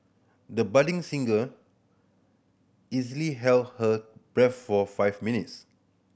the budding singer easily held her breath for five minutes